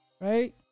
right